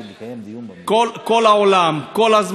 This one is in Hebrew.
כל העולם, כל הזמן, זה לא עובד.